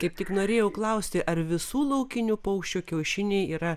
kaip tik norėjau klausti ar visų laukinių paukščių kiaušiniai yra